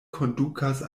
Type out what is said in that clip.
kondukas